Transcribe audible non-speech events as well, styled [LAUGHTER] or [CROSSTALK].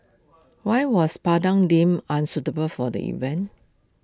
[NOISE] why was Padang deemed unsuitable for the event